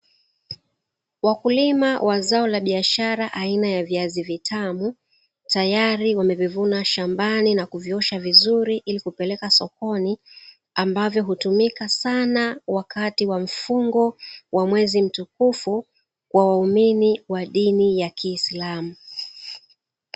Wakulima wa zao la biashara aina ya viazi vitamu, tayari wamevivuna shambani na kuviosha vizuri ili kupeleka sokoni, ambavyo hutumika sana wakati wa mfungo wa mwezi mtukufu wa waumini wa dini ya kiislamu.